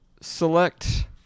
select